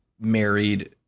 married